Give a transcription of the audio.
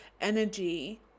energy